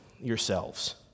yourselves